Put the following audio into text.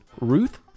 Ruth